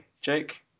Jake